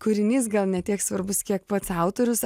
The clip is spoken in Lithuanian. kūrinys gal ne tiek svarbus kiek pats autorius